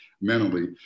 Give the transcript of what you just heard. mentally